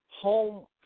home